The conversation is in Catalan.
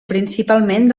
principalment